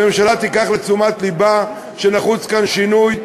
הממשלה תיקח לתשומת לבה שנחוץ כאן שינוי,